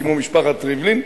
כמו משפחת ריבלין,